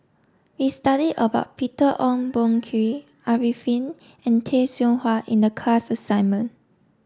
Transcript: we studied about Peter Ong Boon Kwee Arifin and Tay Seow Huah in the class assignment